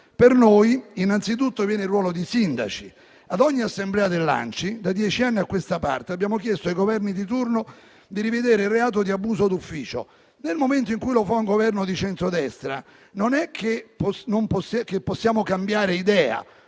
Per noi innanzitutto viene il ruolo di sindaci. Ad ogni assemblea dell'ANCI, da dieci anni a questa parte, abbiamo chiesto ai Governi di turno di rivedere il reato di abuso d'ufficio. Nel momento in cui lo fa un Governo di centrodestra, non è che possiamo cambiare idea.